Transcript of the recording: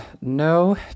no